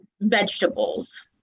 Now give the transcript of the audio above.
vegetables